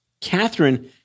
Catherine